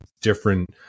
different